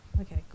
Okay